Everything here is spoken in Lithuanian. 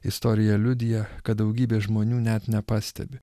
istorija liudija kad daugybė žmonių net nepastebi